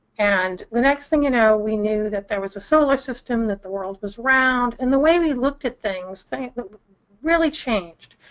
and the next thing you know, we knew that there was a solar system, that the world was round. and the way we looked at things really changed.